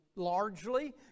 largely